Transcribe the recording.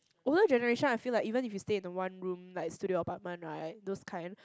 older generation I feel like even if you stay in a one room like studio apartment right those kind